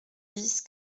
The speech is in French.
dix